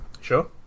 Sure